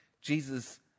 Jesus